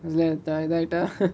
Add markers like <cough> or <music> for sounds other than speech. இதுல:ithula tired ஆகிட்டா:aakitaa <laughs>